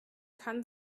kann